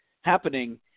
happening